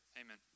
Amen